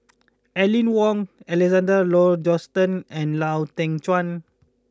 Aline Wong Alexander Laurie Johnston and Lau Teng Chuan